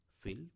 filth